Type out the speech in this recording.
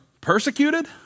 persecuted